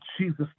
Jesus